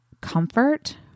comfort